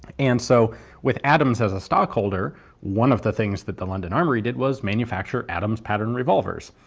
and so with adams as a stockholder one of the things that the london armoury did was manufacture adams pattern revolvers.